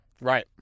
Right